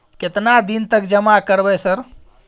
केतना दिन तक जमा करबै सर?